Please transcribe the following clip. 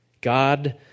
God